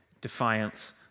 defiance